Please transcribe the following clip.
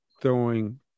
throwing